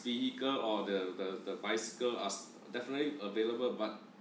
vehicle or the the the bicycle are s definitely available but